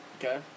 Okay